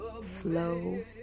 Slow